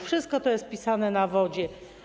Wszystko to jest pisane na wodzie.